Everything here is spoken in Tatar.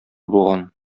булган